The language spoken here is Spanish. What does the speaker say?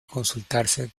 consultarse